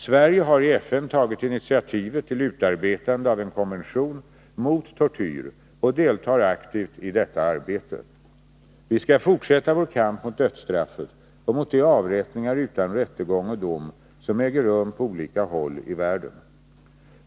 Sverige har i FN tagit initiativet till utarbetandet av en konvention mot tortyr och deltar aktivt i " detta arbete. Vi skall fortsätta vår kamp mot dödsstraffet och mot de avrättningar utan rättegång och dom som äger rum på olika håll i världen.